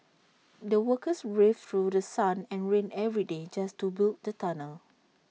the workers braved through sun and rain every day just to build the tunnel